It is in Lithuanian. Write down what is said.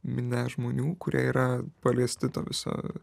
minia žmonių kurie yra paliesti to viso